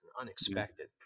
unexpected